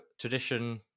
tradition